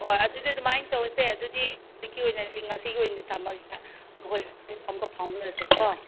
ꯍꯣꯏ ꯑꯗꯨꯗꯤ ꯑꯗꯨꯃꯥꯏꯅ ꯇꯧꯔꯁꯦ ꯑꯗꯨꯗꯤ ꯍꯧꯖꯤꯛꯀꯤ ꯑꯣꯏꯅꯗꯤ ꯉꯁꯤꯒꯤ ꯑꯣꯏꯅꯗꯤ ꯊꯝꯃꯒꯦ ꯍꯣꯔꯦꯟ ꯑꯃꯨꯛꯀ ꯐꯥꯎꯅꯔꯁꯦ ꯀꯣ